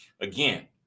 Again